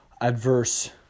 adverse